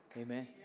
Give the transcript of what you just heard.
Amen